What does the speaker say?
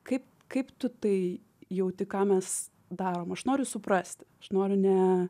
kaip kaip tu tai jauti ką mes darom aš noriu suprasti noriu ne